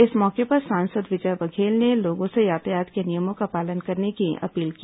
इस मौके पर सांसद विजय बघेल ने लोगों से यातायात के नियमों का पालन करने की अपील की